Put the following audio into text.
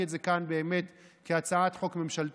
את זה כאן באמת כהצעת חוק ממשלתית.